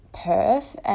Perth